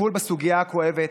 בטיפול בסוגיה הכואבת,